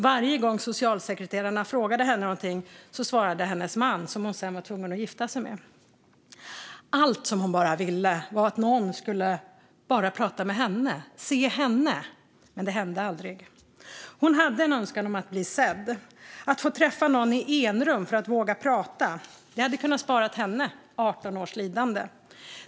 Varje gång socialsekreterarna frågade henne någonting svarade hennes "man", som hon sedan var tvungen att gifta sig med. Det enda hon ville var att någon skulle prata med henne - se henne - men det hände aldrig. Hon hade en önskan om att bli sedd, att få träffa någon i enrum för att våga prata. Det hade kunnat bespara henne 18 års lidande.